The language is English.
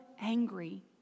angry